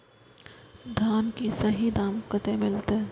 धान की सही दाम कते मिलते?